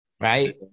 right